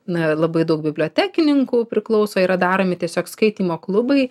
na labai daug bibliotekininkų priklauso yra daromi tiesiog skaitymo klubai